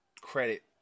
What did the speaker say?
credit